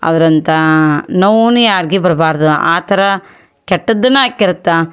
ಅದರಂಥ ನೋವು ಯಾರ್ಗೂ ಬರಬಾರ್ದು ಆ ಥರ ಕೆಟ್ಟದ್ದನ್ನು ಆಕ್ಕಿರ್ತಾ